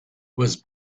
was